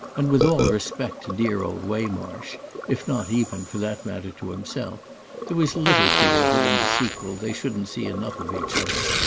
and, with all respect to dear old waymarsh if not even, for that matter, to himself there was little fear that in the sequel they shouldn't see enough of each other.